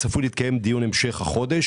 צפוי להתקיים דיון המשך הדוקר,